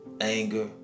Anger